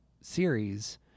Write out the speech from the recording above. series